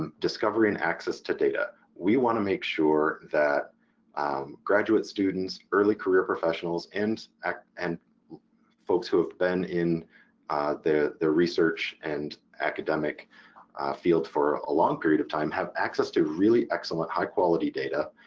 and discovery and access to data we want to make sure that graduate students, early career professionals, and and folks who have been in the the research and academic field for a long period of time have access to really excellent, high quality data,